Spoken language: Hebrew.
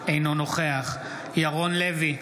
אינו נוכח ירון לוי,